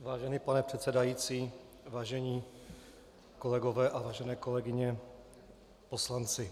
Vážený pane předsedající, vážení kolegové a vážené kolegyně, poslanci.